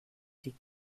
die